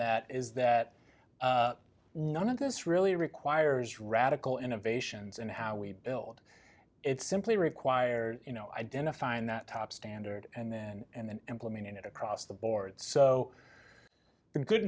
that is that none of this really requires radical innovations in how we build it simply requires you know identifying that top standard and then and then implementing it across the board so good